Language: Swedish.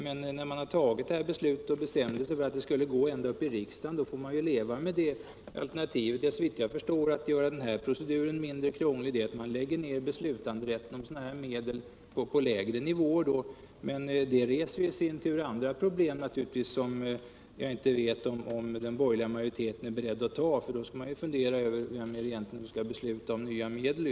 Men när man har bestämt sig för av låta det gå ända upp till riksdagen, får man leva med det alternativet. Att göra proceduren mindre krånglig är såvitt jag förstår detsamma som att föra ned beslutanderätten beträffande dessa medel till lägre nivåer. Men då reser sig andra problem, som jag inte vet om den borgerliga majoriteten är beredd att möta. Under sådana förhållanden kan man börja fundera över vem som egentligen ytterst skall besluta om nya medel.